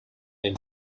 and